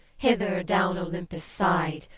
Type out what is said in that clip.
hither down olympus' side,